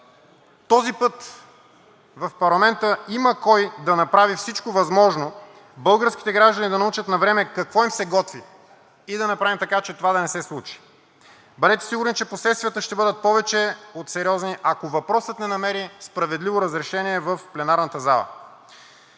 този път в парламента има кой да направи всичко възможно българските граждани да научат навреме какво им се готви и да направим така, че това да не се случи. Бъдете сигурни, че последствията ще бъдат повече от сериозни, ако въпросът не намери справедливо разрешение в пленарната зала.